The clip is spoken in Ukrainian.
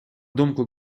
думку